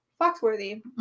Foxworthy